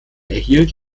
erhielt